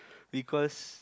because